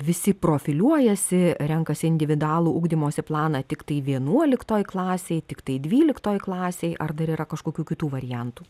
visi profiliuojasi renkasi individualų ugdymosi planą tiktai vienuoliktoj klasėj tiktai dvyliktoj klasėj ar dar yra kažkokių kitų variantų